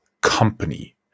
company